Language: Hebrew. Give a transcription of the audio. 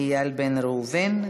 איל בן ראובן,